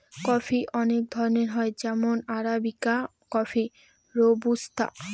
coffee অনেক ধরনের হয় যেমন আরাবিকা কফি, রোবুস্তা